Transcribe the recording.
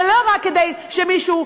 ולאו דווקא כדי שמישהו,